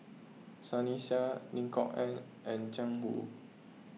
Sunny Sia Lim Kok Ann and Jiang Hu